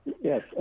Yes